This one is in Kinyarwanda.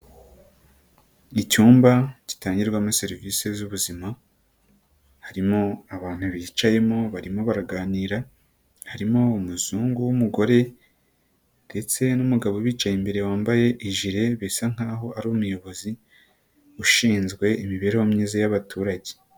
Icyumba gitangirwamo serivisi z'ubuzima, harimo abantu bicayemo barimo baraganira, harimo umuzungu w'umugore ndetse n'umugabo ubicaye imbere wambaye ijire, bisa nk'aho ari umuyobozi ushinzwe imibereho myiza y'abaturage.